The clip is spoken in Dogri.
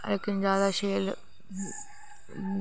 लेकिन जादै शैल